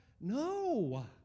no